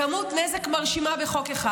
כמות נזק מרשימה בחוק אחד.